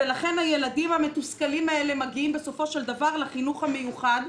ולכן הילדים המתוסכלים האלה מגיעים בסופו של דבר לחינוך המיוחד,